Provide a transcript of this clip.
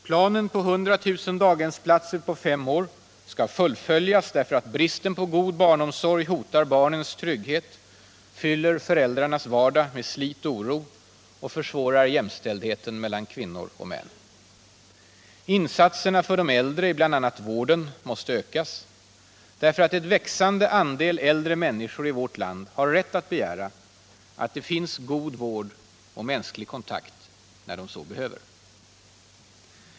Planen på 100 000 nya daghemsplatser under fem år skall fullföljas, därför att bristen på god barnomsorg hotar barnens trygghet, fyller föräldrarnas vardag med slit och oro och försvårar jämställdheten mellan kvinnor och män. Insatserna för de äldre i bl.a. vården måste ökas, därför att en växande andel äldre människor i vårt land har rätt att begära att det finns god vård och mänsklig kontakt när de så behöver.